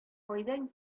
кайдан